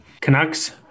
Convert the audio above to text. Canucks